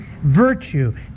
virtue